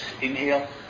inhale